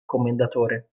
commendatore